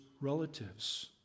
relatives